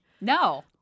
No